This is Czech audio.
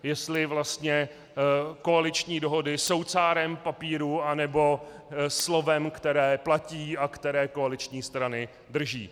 Jestli vlastně koaliční dohody jsou cárem papíru, anebo slovem, které platí a které koaliční strany drží.